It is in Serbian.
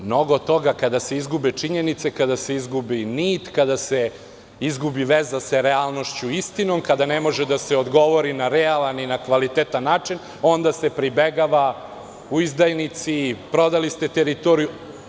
Mnogo toga kada se izgube činjenice, kada se izgubi nit, kada se izgubi veza sa realnošću i istinom, kada ne može da se odgovori na realan i na kvalitetan način, onda se pribegava tome – izdajnici, prodali ste teritoriju.